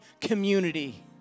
community